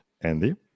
Andy